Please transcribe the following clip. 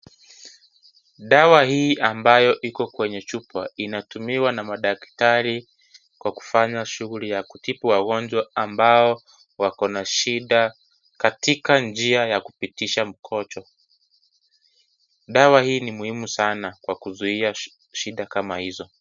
Dawa hii ambayo iko kwenye chupa inatumiwa na madaktari Kwa kufanya shughuli ya kutibu wagonjwa ambao wako na shida katika njia ya kupitisha mkojo. Dawa hii ni muhimu sana wa kuzuia shida kama hizo.